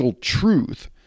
truth